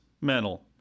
mental